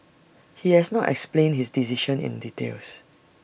he has not explained his decision in details